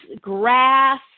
grass